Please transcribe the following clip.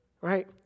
right